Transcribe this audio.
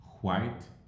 white